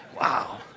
Wow